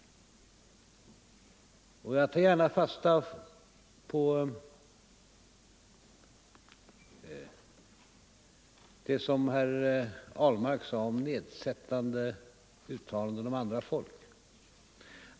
Jag tar gärna fasta på vad herr Ahlmark sade om nedsättande uttalanden 187 om andra folk.